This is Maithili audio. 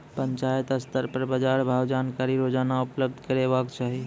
पंचायत स्तर पर बाजार भावक जानकारी रोजाना उपलब्ध करैवाक चाही?